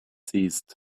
seized